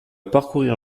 parcourir